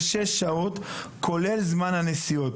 זה שש שעות כולל זמן הנסיעה.